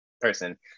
person